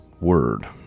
word